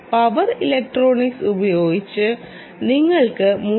power electronics ഉപയോഗിച്ച് നിങ്ങൾക്ക് 3